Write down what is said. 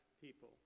people